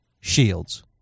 shields